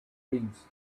dreams